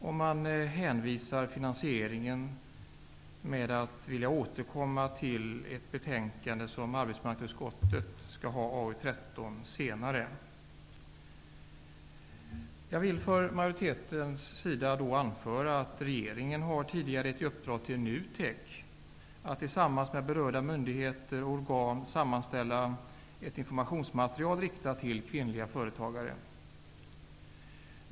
Beträffande finansieringen säger man att man vill återkomma i ett betänkande från arbetsmarknadsutskottet, AU13, som kommer upp senare. Som företrädare för majoriteten vill jag anföra att regeringen tidigare har gett NUTEK i uppdrag att tillsammans med berörda myndigheter och organ sammanställa ett informationsmaterial riktat till kvinnliga företagare.